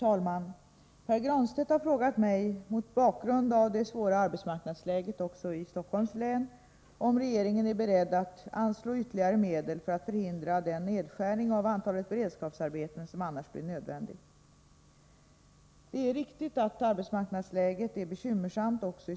Arbetsmarknadsstatistiken för januari visar på en fortsatt alarmerande arbetslöshetssituation. I Stockholms län var 18180 människor arbetslösa i januari, vilket är närmare 800 fler än motsvarande tid förra året.